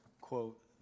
quote